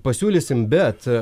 pasiūlysim bet